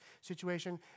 situation